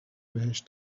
بهش